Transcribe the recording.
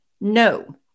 No